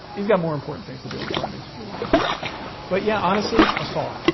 he's got more important things to do on fridays. yeah but, yeah, honestly, a saw.